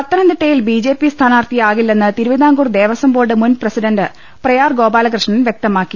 പത്തനംതിട്ടയിൽ ബിജെപി സ്ഥാനാർത്ഥിയാകില്ലെന്ന് തിരുവിതാംകൂർ ദേവസ്വം ബോർഡ് മുൻ പ്രസിഡന്റ് പ്രയാർ ഗോപാലകൃഷ്ണൻ വൃക്ത മാക്കി